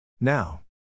Now